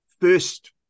First